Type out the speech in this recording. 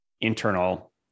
internal